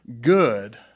good